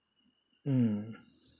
mm